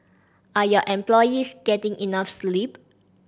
are your employees getting enough sleep